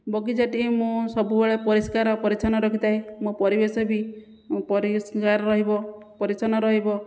ବଗିଚାଟିଏ ମୁଁ ସବୁବେଳେ ପରିଷ୍କାର ଆଉ ପରିଚ୍ଛନ୍ନ ରଖିଥାଏ ମୋ ପରିବେଶ ବି ପରିଷ୍କାର ରହିବ ପରିଚ୍ଛନ୍ନ ରହିବ